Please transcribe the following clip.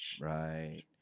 Right